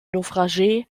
naufragés